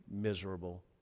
miserable